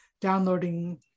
downloading